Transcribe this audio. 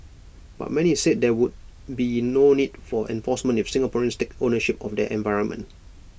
but many said there would be no need for enforcement if Singaporeans take ownership of their environment